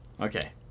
Okay